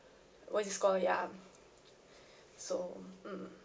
what is this called ya so mm